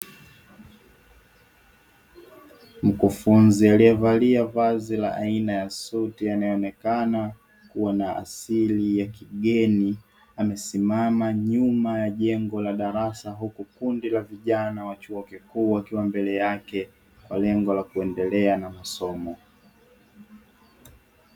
Mkufunzi aliyevalia vazi la aina ya suti anae onekana kuwa na asili ya kigeni amesimama nyuma ya jengo la darasa huku kundi la vijana wa chuo kikuu wakiwa mbele yake kwa lengo la kuendelea na masomo.